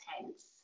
tense